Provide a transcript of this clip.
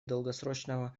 долгосрочного